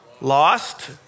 lost